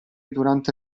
durante